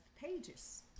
pages